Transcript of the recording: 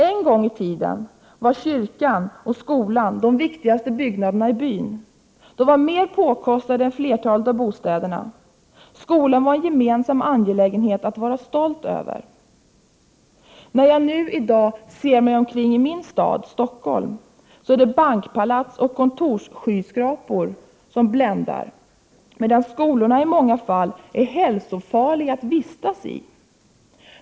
En gång i tiden var kyrkan och skolan de viktigaste byggnaderna i byn. De var mer påkostade än flertalet av bostäderna. Skolan var en gemensam angelägenhet att vara stolt över. När jag i dag ser mig omkring i min stad, Stockholm, så är det bankpalats 51 och kontorsskyskrapor som bländar, medan skolorna i många fall är hälsofarliga att vistas i.